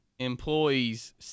Employees